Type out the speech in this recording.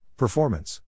Performance